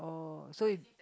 oh so you